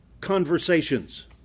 conversations